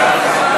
תמר זנדברג,